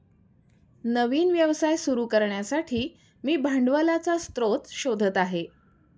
नवीन व्यवसाय सुरू करण्यासाठी मी भांडवलाचा स्रोत शोधत आहे